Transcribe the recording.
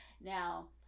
Now